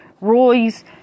Roy's